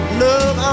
love